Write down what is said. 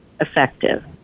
effective